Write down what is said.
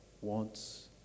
wants